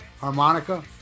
Harmonica